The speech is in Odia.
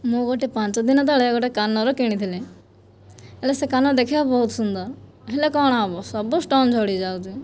ମୁଁ ଗୋଟିଏ ପାଞ୍ଚ ଦିନ ତଳେ ଗୋଟିଏ କାନର କିଣିଥିଲି ହେଲେ ସେ କାନର ଦେଖିବାକୁ ବହୁତ ସୁନ୍ଦର ହେଲେ କଣ ହବ ସବୁ ଷ୍ଟୋନ ଝଡ଼ିଯାଉଛି